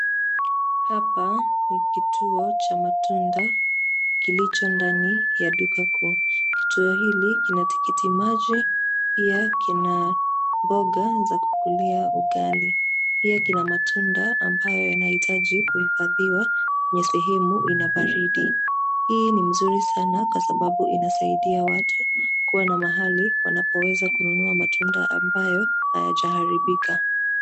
Hapa ni kituo cha matunda kilicho ndani ya duka kuu. Kituo hiki kina tikitikimaji, pia kina mboga za kukulia ugali. Pia kina matunda ambayo yanahitaji kuhifadhiwa kwenye sehemu ina baridi hii ni mzuri sana kwa sababu inasaidia watu kuwa na mahali wanapoweza kununua matunda ambayo hayajaharibika.